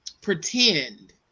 pretend